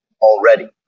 already